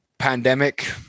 pandemic